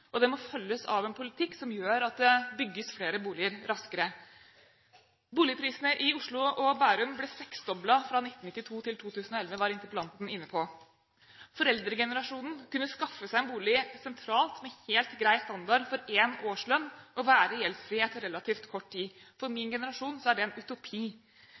og det må følges av en politikk som gjør at det bygges flere boliger raskere. Boligprisene i Oslo og i Bærum ble seksdoblet fra 1992 til 2011, var interpellanten inne på. Foreldregenerasjonen kunne skaffe seg en bolig sentralt med helt grei standard for én årslønn og være gjeldsfrie etter relativt kort tid. For min generasjon er det en utopi.